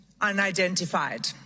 unidentified